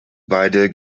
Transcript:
beide